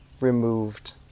removed